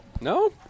No